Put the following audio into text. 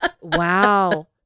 wow